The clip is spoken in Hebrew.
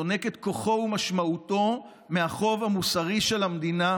יונק את כוחו ומשמעותו מהחוב המוסרי של המדינה